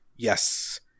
Yes